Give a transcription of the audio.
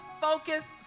focus